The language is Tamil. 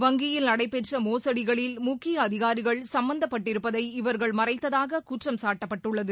வங்கியில் நடைபெற்ற மோசடிகளில் சம்பந்தப்பட்டிருப்பதை இவர்கள் மறைத்ததாக குற்றம் சாட்டப்பட்டுள்ளது